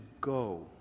go